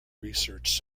research